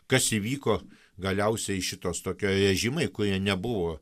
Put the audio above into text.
kas įvyko galiausiai šitos tokie režimai kurie nebuvo